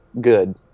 good